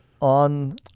on